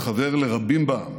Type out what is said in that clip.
התחוור לרבים בעם